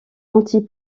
anti